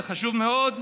זה חשוב מאוד,